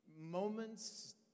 moments